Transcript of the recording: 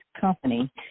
company